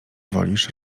wolisz